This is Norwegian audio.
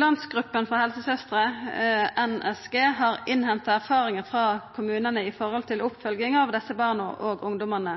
Landsgruppen av helsesøstre i Norsk Sykepleierforbund har innhenta erfaringar frå kommunane når det gjeld oppfølging av desse barna og ungdommane.